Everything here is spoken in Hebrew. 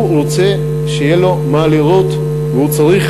הוא רוצה שיהיה לו מה לראות והוא צריך